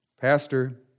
Pastor